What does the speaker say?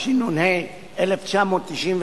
התשנ"ה 1995,